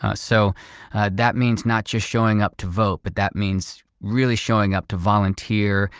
ah so that means not just showing up to vote, but that means really showing up to volunteer,